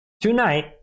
Tonight